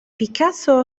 بيكاسو